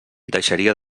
deixaria